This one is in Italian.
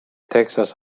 texas